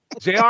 JR